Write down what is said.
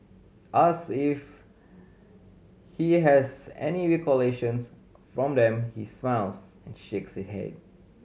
asked if he has any recollections from them he smiles and shakes his head